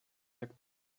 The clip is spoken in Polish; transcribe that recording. jak